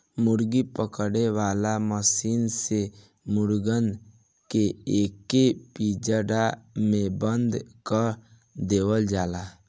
मुर्गा पकड़े वाला मशीन से मुर्गन के एगो पिंजड़ा में बंद कअ देवल जाला